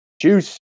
Juice